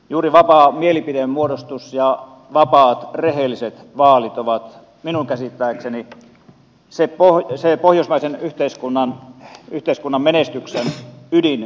juuri vapaa mielipiteenmuodostus ja vapaat rehelliset vaalit ovat minun käsittääkseni se pohjoismaisen yhteiskunnan menestyksen ydinsalaisuus